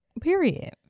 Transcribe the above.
Period